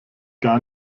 gar